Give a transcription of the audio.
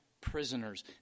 prisoners